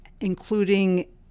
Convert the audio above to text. including